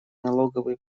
налоговые